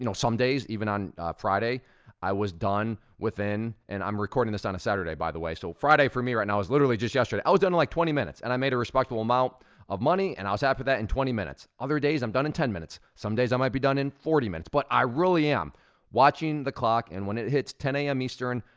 you know some days, even on friday i was done within, and i'm recording this on a saturday, by the way. so friday for me right now, is literally just yesterday. i was done in like twenty minutes, and i made a respectable amount of money, and i was half of that in twenty minutes. other days i'm done in ten minutes. some days i might be done in forty minutes, but i really am watching the clock, and when it hits ten zero a m. eastern,